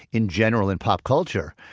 in general, in pop culture.